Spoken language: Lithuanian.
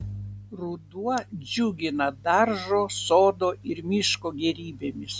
ruduo džiugina daržo sodo ir miško gėrybėmis